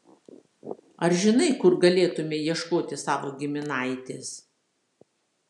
ar žinai kur galėtumei ieškoti savo giminaitės